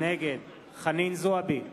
נגד חנין זועבי,